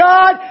God